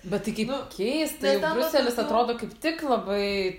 bet tai kaip keista briuselis atrodo kaip tik labai